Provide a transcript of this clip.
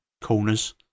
corners